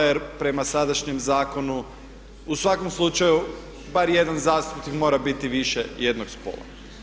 Jer prema sadašnjem zakonu u svakom slučaju bar jedan zastupnik mora biti više jednog spola.